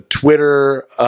Twitter